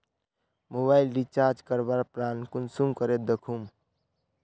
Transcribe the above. Mobile recharge करवार plan कुंसम करे दखुम?